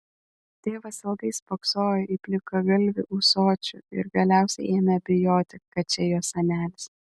tėvas ilgai spoksojo į plikagalvį ūsočių ir galiausiai ėmė abejoti kad čia jo senelis